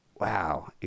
Wow